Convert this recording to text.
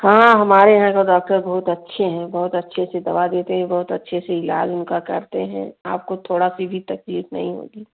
हाँ हमारे यहाँ को डॉक्टर बहुत अच्छे हैं बहुत अच्छी अच्छी दवा देते हैं बहुत अच्छे से इलाज उनका करते हैं आपको थोड़ी सी भी तकलीफ़ नहीं होगी